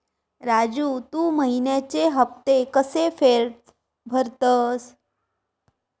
राजू, तू महिन्याचे हफ्ते कशे भरतंस?